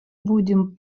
будем